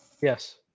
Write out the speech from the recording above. Yes